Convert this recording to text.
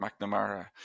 McNamara